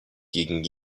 gegen